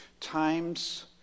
Times